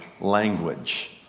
language